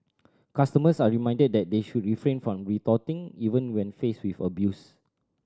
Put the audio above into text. customers are reminded that they should refrain from retorting even when faced with abuse